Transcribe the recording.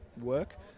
work